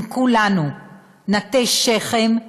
אם כולנו נטה שכם,